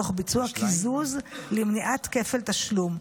תוך ביצוע קיזוז למניעת כפל תשלום.